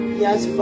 yes